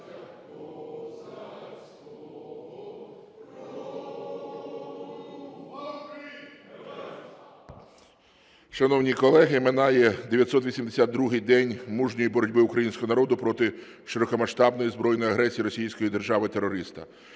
Шановні колеги, минає 982-й день мужньої боротьби українського народу проти широкомасштабної збройної агресії російської держави-терориста.